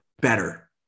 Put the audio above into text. better